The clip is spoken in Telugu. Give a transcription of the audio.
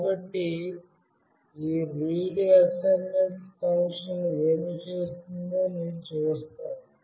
కాబట్టి ఈ readsms ఫంక్షన్ ఏమి చేస్తుందో నేను చూస్తాను